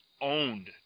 owned